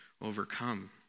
overcome